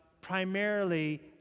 primarily